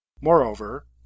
Moreover